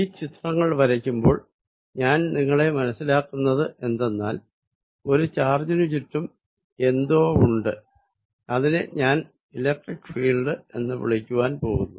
ഈ ചിത്രങ്ങൾ വരയ്ക്കുമ്പോൾ ഞാൻ നിങ്ങളെ മനസ്സിലാക്കിക്കുന്നത് എന്തെന്നാൽ ഒരു ചാർജിനു ചുറ്റും എന്തോ ഉണ്ട് അതിനെ ഞാൻ ഇലക്ട്രിക്ക് ഫീൽഡ് എന്ന് വിളിക്കുവാൻ പോകുന്നു